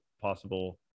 possible